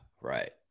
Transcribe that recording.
Right